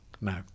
No